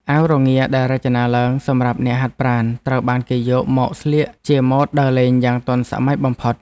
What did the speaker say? អាវរងាដែលរចនាឡើងសម្រាប់អ្នកហាត់ប្រាណត្រូវបានគេយកមកស្លៀកជាម៉ូដដើរលេងយ៉ាងទាន់សម័យបំផុត។